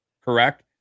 correct